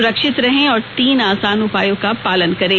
सुरक्षित रहें और तीन आसान उपायों का पालन करें